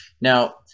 Now